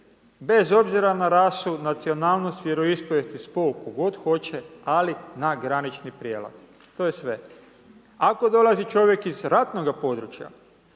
bez obzira na rasu, nacionalnost, vjeroispovijest i spol, tko god hoće, ali na granični prijelaz, to je sve. Ako dolazi čovjek iz ratnoga područja,